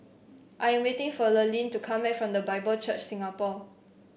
I am waiting for Lurline to come back from The Bible Church Singapore